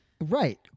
Right